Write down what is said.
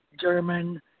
German